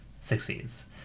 succeeds